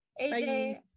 AJ